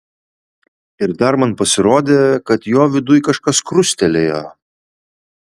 ir dar man pasirodė kad jo viduj kažkas krustelėjo